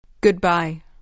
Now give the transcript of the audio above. Goodbye